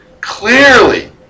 Clearly